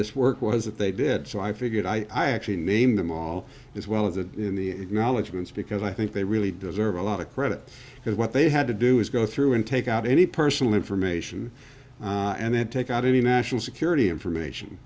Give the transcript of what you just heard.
this work was that they did so i figured i'd actually name them all as well as the in the acknowledgements because i think they really deserve a lot of credit because what they had to do is go through and take out any personal information and then take out any national security information